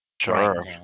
sure